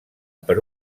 per